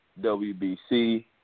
WBC